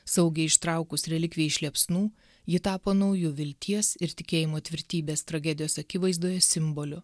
saugiai ištraukus relikviją iš liepsnų ji tapo nauju vilties ir tikėjimo tvirtybės tragedijos akivaizdoje simboliu